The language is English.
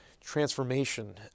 transformation